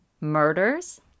murders